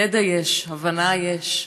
ידע יש, הבנה יש.